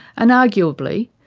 and arguably,